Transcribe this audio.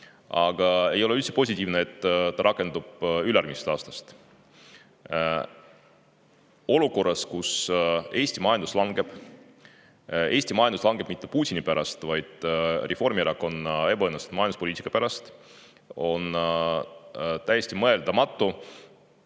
aga ei ole üldse positiivne, et see rakendub ülejärgmisest aastast. Olukorras, kus Eesti majandus langeb – Eesti majandus ei lange mitte Putini pärast, vaid Reformierakonna ebaõnnestunud majanduspoliitika pärast –, on täiesti mõeldamatu,